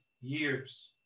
years